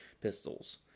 pistols